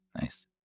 Nice